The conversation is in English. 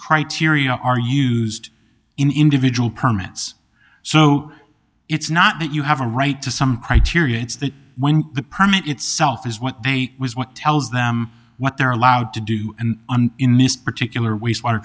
criteria are used in individual permits so it's not that you have a right to some criteria it's that when the permit itself is what they was what tells them what they're allowed to do and in this particular wastewater